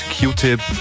Q-Tip